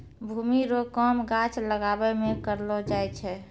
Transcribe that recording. भूमि रो काम गाछ लागाबै मे करलो जाय छै